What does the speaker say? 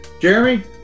Jeremy